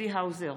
צבי האוזר,